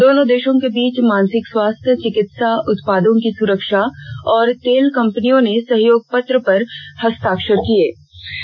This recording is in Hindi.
दोनों देशों के बीच मानसिक स्वास्थ्य चिकित्सा उत्पादों की सुरक्षा और तेल कंपनियों ने सहयोग पत्र पर हस्ताक्षर किये गये